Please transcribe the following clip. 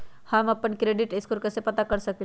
हम अपन credit score कैसे पता कर सकेली?